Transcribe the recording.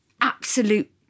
absolute